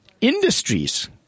industries